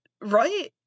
Right